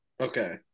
Okay